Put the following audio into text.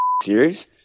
serious